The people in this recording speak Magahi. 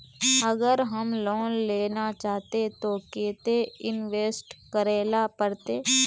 अगर हम लोन लेना चाहते तो केते इंवेस्ट करेला पड़ते?